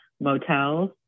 motels